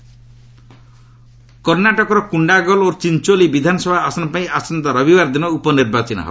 Karnataka by election କର୍ଣ୍ଣାଟକର କୁଣ୍ଡାଗୋଲ୍ ଓ ଚିଞ୍ଚୋଲି ବିଧାନସଭା ଆସନ ପାଇଁ ଆସନ୍ତା ରବିବାର ଦିନ ଉପନିର୍ବାଚନ ହେବ